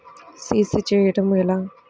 CC చేయడము ఎలా?